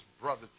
brother